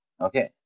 Okay